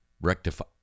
rectify